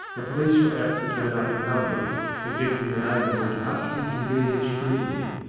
the police were apt to turn up in numbers, subjecting the neighbourhood to much inconvenient scrutiny,